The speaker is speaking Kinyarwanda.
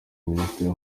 minisitiri